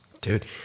Dude